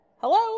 Hello